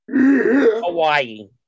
Hawaii